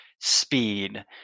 speed